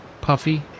puffy